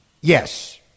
Yes